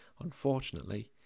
unfortunately